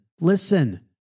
listen